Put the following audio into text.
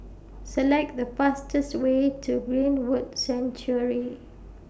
Select The fastest Way to Greenwood Sanctuary